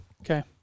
Okay